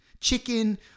chicken